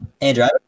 Andrew